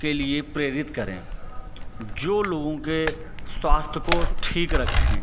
के लिए प्रेरित करें जो लोगों के स्वास्थ्य को ठीक रखे